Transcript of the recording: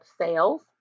sales